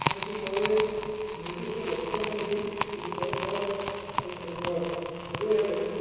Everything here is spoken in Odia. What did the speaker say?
କୌଣସି ଖେଳରେ ନିର୍ଦ୍ଧିଷ୍ଟ ଲକ୍ଷ୍ୟ ନରଖି ଯଦି ଖେଳ ଖେଳାଯାଏ ତାହେଲେ ସେ ଖେଳ କେବେ ହେଲେ